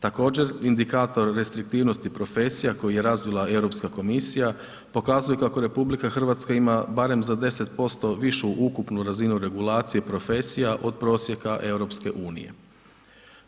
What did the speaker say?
Također, indikator restriktivnosti profesija koji je razvoja Europska komisija, pokazuje kako RH ima barem za 10% višu ukupnu razinu regulacije profesija od prosjeka EU-a.